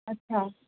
اچھا